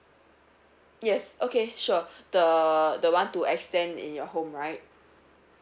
yes okay sure the the one to extend in your home right